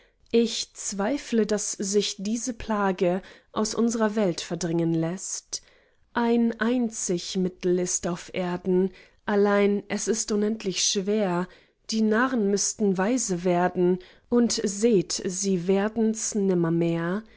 ich zweifle daß sich diese plage aus unsrer welt verdringen läßt ein einzig mittel ist auf erden allein es ist unendlich schwer die narren müßten weise werden und seht sie werdens